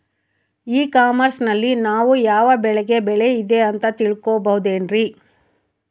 E commerce ನಲ್ಲಿ ನಾವು ಯಾವ ಬೆಳೆಗೆ ಬೆಲೆ ಇದೆ ಅಂತ ತಿಳ್ಕೋ ಬಹುದೇನ್ರಿ?